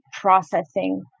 processing